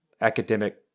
academic